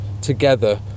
together